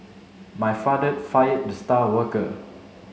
my father fired the star worker